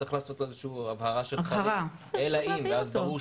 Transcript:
צריך לעשות איזושהי הבהרה ולומר אלא אם.